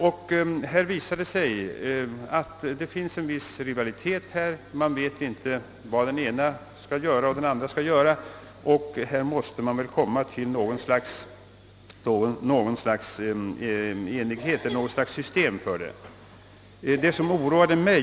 Det har visat sig föreligga en viss rivalitet, och man vet ' inte vad som skall åligga den ena eller andra myndigheten. Ett system för fördelningen av de olika arbetsuppgifterna måste arbetas fram.